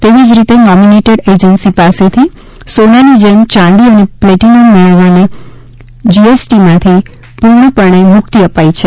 તેવી જ રીતે નોમિનેટેડ એજન્સી પાસેથી સોનાની જેમ ચાંદી અને પેટિનમ મેળવવાને જીએસટીમાંથી પૂર્ણપણે મુક્તી અપાઈ છે